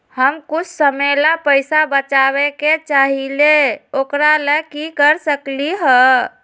हम कुछ समय ला पैसा बचाबे के चाहईले ओकरा ला की कर सकली ह?